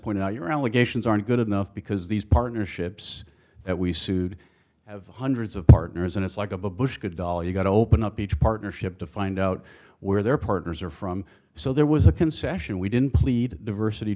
pointed out your allegations aren't good enough because these partnerships that we sued have hundreds of partners and it's like a bush good ol you've got to open up each partnership to find out where their partners are from so there was a concession we didn't plead diversity